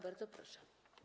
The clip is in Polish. Bardzo proszę.